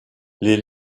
les